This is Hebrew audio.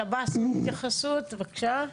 שב"ס, התייחסות, בבקשה.